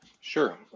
Sure